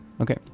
okay